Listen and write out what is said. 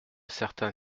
certain